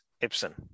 Ibsen